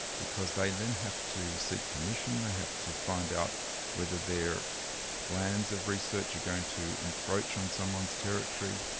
because they then have to seek permission, they have to find out whether their plans of research are going to encroach on someone's territory,